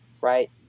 right